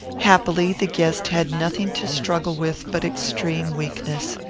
happily, the guest had nothing to struggle with but extreme weakness.